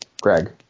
Greg